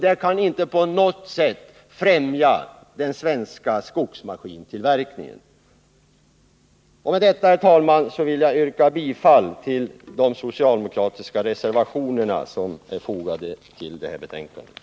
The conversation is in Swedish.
Det kan inte på något sätt främja den svenska skogsmaskintillverkningen. Med detta, herr talman, vill jag yrka bifall till de socialdemokratiska reservationer som är fogade till näringsutskottets betänkande.